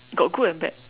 got good and bad